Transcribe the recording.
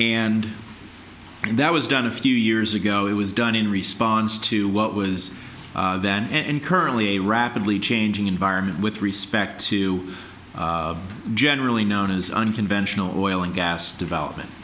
it and that was done a few years ago it was done in response to what was then and currently a rapidly changing environment with respect to generally known as unconventional oil and gas develop